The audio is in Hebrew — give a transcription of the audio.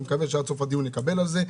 אני מקווה שעד סוף הדיון נקבל על זה.